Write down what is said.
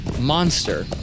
monster